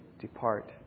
depart